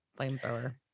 flamethrower